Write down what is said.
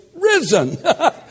risen